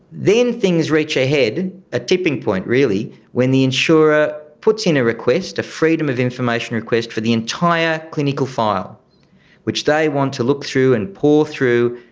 then things reach a head, a tipping point really, when the insurer puts in a request, a freedom of information request for the entire clinical file which they want to look through and pore through,